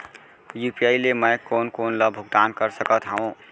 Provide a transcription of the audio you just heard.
UPI ले मैं कोन कोन ला भुगतान कर सकत हओं?